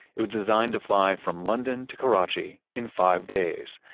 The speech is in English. it was designed to fly from london to karachi in five days.